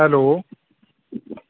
hello